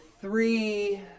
three